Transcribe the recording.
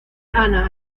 ana